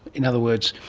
in other words,